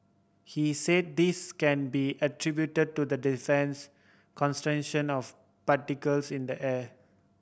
he said this can be attribute to the dense concentration of particles in the air